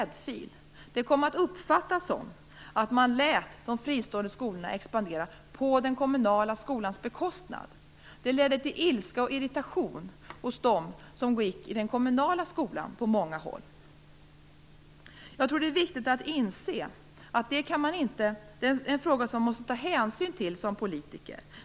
Det uppfattades som om man lät de fristående skolorna expandera på den kommunala skolans bekostnad. Det ledde på många håll till ilska och irritation hos dem som gick i den kommunala skolan. Det är viktigt att inse att detta är en fråga man måste ta hänsyn till som politiker.